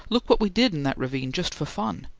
look what we did in that ravine just for fun.